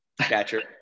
catcher